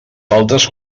faltes